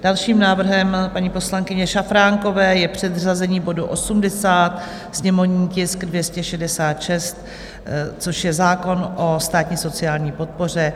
Dalším návrhem paní poslankyně Šafránkové je předřazení bodu 80, sněmovní tisk 266, což je zákon o státní sociální podpoře.